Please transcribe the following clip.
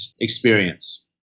experience